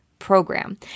program